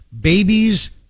babies